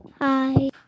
Hi